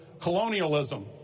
colonialism